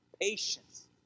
patience